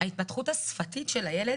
ההתפתחות השפתית של הילד